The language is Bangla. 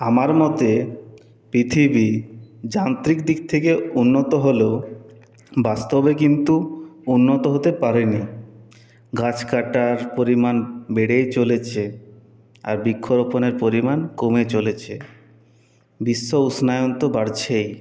আমার মতে পৃথিবী যান্ত্রিক দিক থেকে উন্নত হলেও বাস্তবে কিন্তু উন্নত হতে পারেনি গাছ কাটার পরিমাণ বেড়েই চলেছে আর বৃক্ষ রোপণের পরিমাণ কমে চলেছে বিশ্ব উষ্ণায়ন তো বাড়ছেই